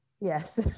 Yes